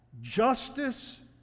justice